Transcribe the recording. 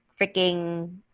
freaking